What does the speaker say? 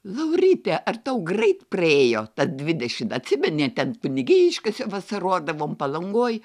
lauryte ar tau greit praėjo dvidešim atsimeni ten kunigiškėse vasarodavom palangoj